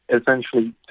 essentially